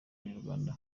umunyarwanda